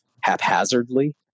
haphazardly